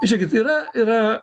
žėkit yra yra